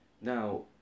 Now